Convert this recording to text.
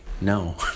no